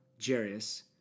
Jarius